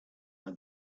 our